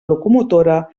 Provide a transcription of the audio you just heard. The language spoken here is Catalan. locomotora